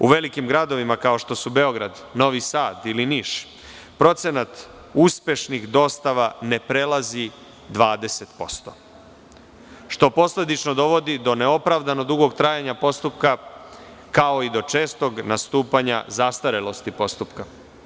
U velikim gradovima, kao što su Beograd, Novi Sad ili Niš, procenat uspešnih dostava ne prelazi 20%, što posledično dovodi do neopravdano dugog trajanja postupka, kao i do čestog nastupanja zastarelosti postupka.